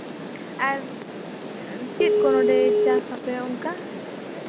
ᱟᱨ ᱪᱮᱫ ᱠᱚ ᱱᱚᱰᱮ ᱪᱟᱥ ᱟᱯᱮ ᱚᱱᱠᱟ